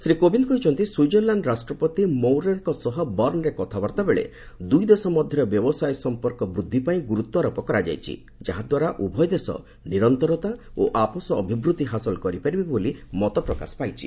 ଶ୍ରୀ କୋବିନ୍ଦ କହିଛନ୍ତି ସ୍ୱିଜରଲ୍ୟାଣ୍ଡ ରାଷ୍ଟ୍ରପତି ମଉରେର୍କ ସହ ବର୍ଷରେ କଥାବାର୍ଭା ବେଳେ ଦୁଇ ଦେଶ ମଧ୍ୟରେ ବ୍ୟବସାୟ ସମ୍ପର୍କ ବୃଦ୍ଧି ପାଇଁ ଗୁରୁତ୍ୱାରୋପ କରାଯାଇଛି ଯାହାଦ୍ୱାରା ଉଭୟ ଦେଶ ନିରନ୍ତରତା ଓ ଆପୋଷ ଅଭିବୃଦ୍ଧି ହାସଲ କରିପାରିବେ ବୋଲି ମତ ପ୍ରକାଶ ପାଇଛି